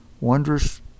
wondrous